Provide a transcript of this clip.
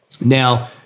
Now